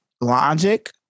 logic